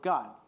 God